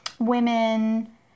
women